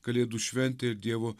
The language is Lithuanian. kalėdų šventę ir dievo